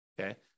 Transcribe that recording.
Okay